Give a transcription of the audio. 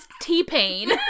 T-Pain